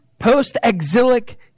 Post-exilic